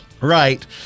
Right